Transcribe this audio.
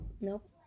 Nope